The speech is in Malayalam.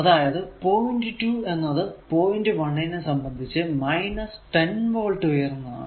അതായതു പോയിന്റ് 2 എന്നത് പോയിന്റ് 1 നെ സംബന്ധിച്ച് 10 വോൾട് ഉയർന്നതാണ്